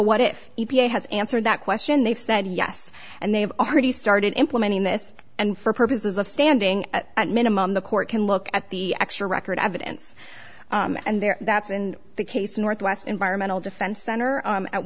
what if e p a has answered that question they've said yes and they've already started implementing this and for purposes of standing at minimum the court can look at the actual record evidence and there that's in the case northwest environmental defense center at